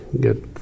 get